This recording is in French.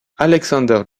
alexander